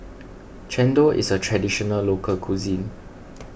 Chendol is a Traditional Local Cuisine